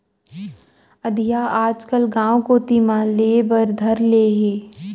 अधिया आजकल गॉंव कोती म लेय बर धर ले हें